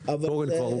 התורן כבר הוקם.